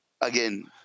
again